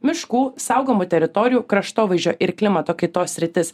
miškų saugomų teritorijų kraštovaizdžio ir klimato kaitos sritis